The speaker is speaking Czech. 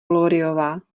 gloryová